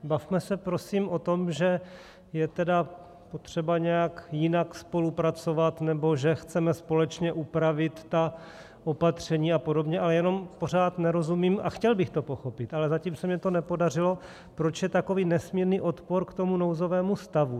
Bavme se, prosím, o tom, že je tedy potřeba nějak jinak spolupracovat nebo že chceme společně upravit ta opatření a podobně, ale jenom pořád nerozumím a chtěl bych to pochopit, ale zatím se mně to nepodařilo proč je takový nesmírný odpor k nouzovému stavu.